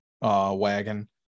wagon